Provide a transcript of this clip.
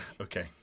okay